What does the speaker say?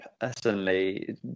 personally